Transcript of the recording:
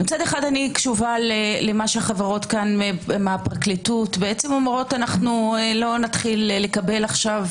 מצד אחד אני קשובה למה שהחברות מהפרקליטות אומרות: לא נתחיל לקבל עכשיו